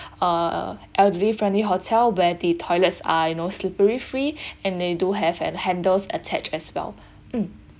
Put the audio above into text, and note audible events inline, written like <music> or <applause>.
uh elderly friendly hotel where the toilets are you know slippery free <breath> and they do have hand handles attached as well mm